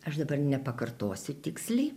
aš dabar nepakartosiu tiksliai